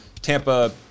Tampa